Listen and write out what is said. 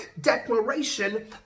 declaration